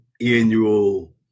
annual